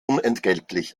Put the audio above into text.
unentgeltlich